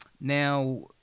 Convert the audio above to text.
Now